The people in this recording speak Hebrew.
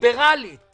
ליברלית